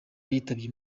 yitabye